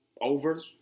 over